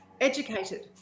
educated